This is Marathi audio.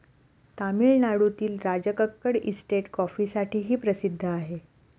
तामिळनाडूतील राजकक्कड इस्टेट कॉफीसाठीही प्रसिद्ध आहे